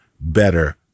better